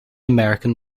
american